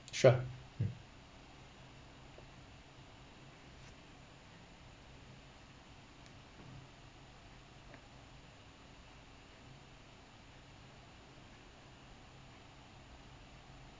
sure